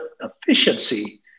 efficiency